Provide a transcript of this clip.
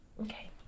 Okay